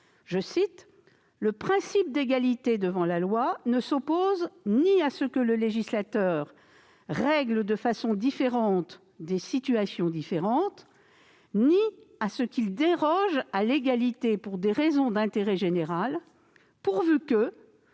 laquelle « le principe d'égalité devant la loi ne s'oppose ni à ce que législateur règle de façon différente des situations différentes, ni à ce qu'il déroge à l'égalité pour des raisons d'intérêt général, pourvu que,